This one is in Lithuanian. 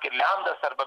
girliandas arba